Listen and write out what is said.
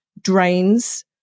drains